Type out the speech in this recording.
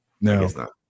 no